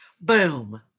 Boom